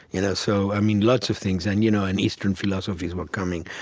you know so i mean, lots of things. and you know and eastern philosophies were coming.